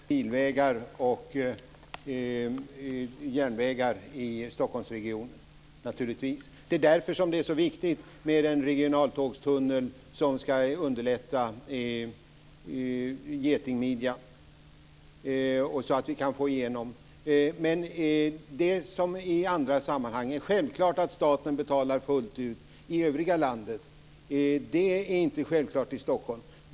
Fru talman! Vi behöver naturligtvis både bilvägar och järnvägar i Stockholmsregionen. Det är därför det är så viktigt med en regionaltågstunnel för att underlätta för trafiken genom getingmidjan. Det som i andra sammanhang är självklart att staten ska betala för övriga landet är inte självklart i Stockholm.